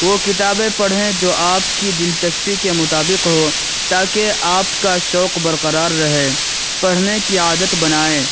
وہ کتابیں پڑھیں جو آپ کی دلچسپی کے مطابق ہوں تاکہ آپ کا شوق برقرار رہے پڑھنے کی عادت بنائیں